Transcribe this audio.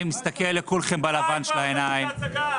מסתכל לכולכם בלבן של העיניים,